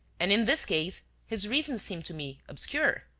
and, in this case, his reasons seem to me obscure.